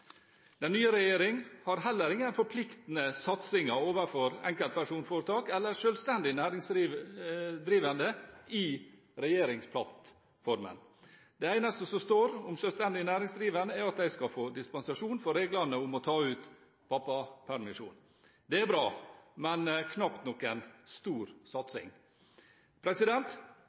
Den nye regjeringen har heller ingen forpliktende satsinger overfor enkeltpersonforetak eller selvstendig næringsdrivende i regjeringsplattformen. Det eneste som står om selvstendig næringsdrivende, er at de skal få dispensasjon fra reglene om å ta ut pappapermisjon. Det er bra, men knapt noen stor satsing.